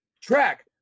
track